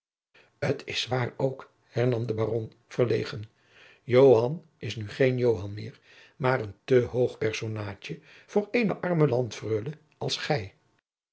t is waar ook hernam de baron verlegen joan is nu geen joan meer maar een te hoog personaadje voor eene arme landfreule als gij